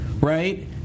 Right